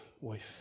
wife